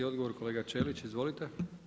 I odgovor kolega Ćelić, izvolite.